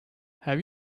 have